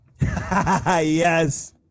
Yes